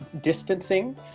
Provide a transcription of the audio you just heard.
distancing